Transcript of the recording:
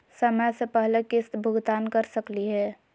समय स पहले किस्त भुगतान कर सकली हे?